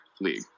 league